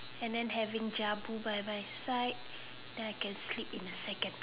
and then having Jabu by my side then I can sleep in the second